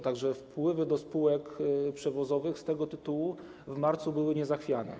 Tak że wpływy do spółek przewozowych z tego tytułu w marcu były niezachwiane.